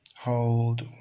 hold